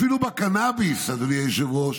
אפילו בקנביס, אדוני היושב-ראש,